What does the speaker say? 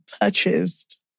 purchased